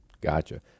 Gotcha